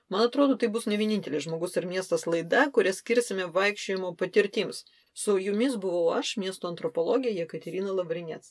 man atrodo tai bus ne vienintelė žmogus ir miestas laida kurią skirsime vaikščiojimo patirtims su jumis buvau aš miesto antropologė jekaterina lavrinec